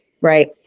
right